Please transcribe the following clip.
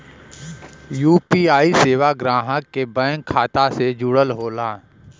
UPI सेवा ग्राहक के बैंक खाता से जुड़ल होला